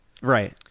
Right